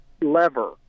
lever